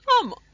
Come